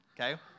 Okay